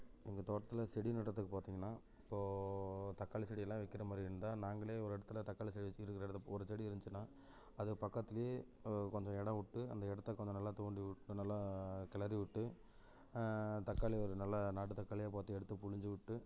எங்கள் தோட்டத்தில் செடி நடுறத்துக்கு பார்த்திங்கனா இப்போ தக்காளி செடியெல்லாம் வைக்கிறமாதிரி இருந்தால் நாங்களே ஒரு இடத்துல தக்காளி செடியை வச்சு இருக்கிற இடத்துல ஒரு செடி இருந்துச்சினால் அதுக்கு பக்கத்தில் கொஞ்சம் இடம் விட்டு அந்த இடத்த கொஞ்சம் நல்லா தோண்டி நல்லா உட் கிளரி விட்டு தக்காளி நல்லா நாட்டு தக்காளியாக பார்த்து எடுத்து புழிஞ்சு விட்டு